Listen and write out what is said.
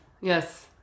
yes